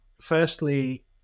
firstly